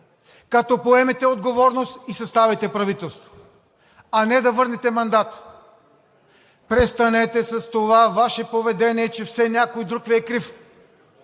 като поемете отговорност и съставите правителство, а не да върнете мандата! Престанете с това Ваше поведение, че все някой друг Ви е крив!